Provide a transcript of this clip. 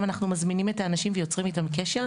אנחנו מזמינים את האנשים ויוצרים איתם קשר,